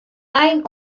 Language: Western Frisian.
ein